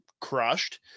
crushed